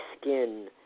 Skin